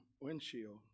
windshield